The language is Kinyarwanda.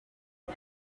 uko